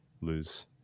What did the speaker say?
lose